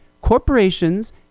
corporations